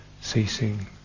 ceasing